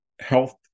health